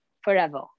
forever